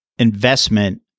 Investment